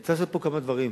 צריך לעשות פה כמה דברים.